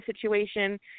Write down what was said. situation